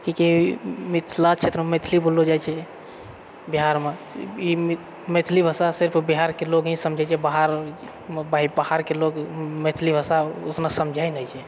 एहिके मिथिला क्षेत्रमे मैथली बोललो जाइत छेै बिहारमे ई मैथिली भाषा सिर्फ बिहारके लोग ही समझै छै बाहर बाहरके लोग मैथिली भाषा उतना समझै नहि छै